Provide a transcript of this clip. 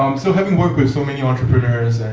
um so having worked with so many entrepreneurs,